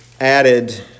added